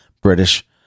British